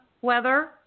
weather